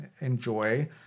enjoy